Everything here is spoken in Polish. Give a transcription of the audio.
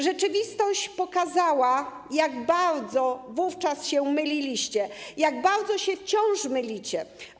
Rzeczywistość pokazała, jak bardzo wówczas się myliliście, jak bardzo wciąż się mylicie.